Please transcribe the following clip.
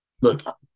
look